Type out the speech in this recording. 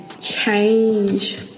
change